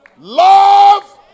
love